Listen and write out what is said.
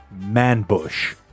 Manbush